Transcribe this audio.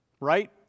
right